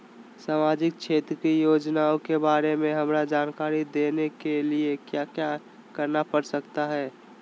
सामाजिक क्षेत्र की योजनाओं के बारे में हमरा जानकारी देने के लिए क्या क्या करना पड़ सकता है?